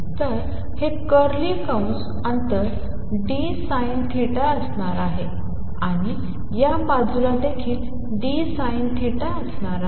तर हे कर्ली कंस अंतर dSinθ असणार आहे आणि या बाजूला देखील dSinθ असणार आहे